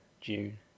June